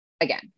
again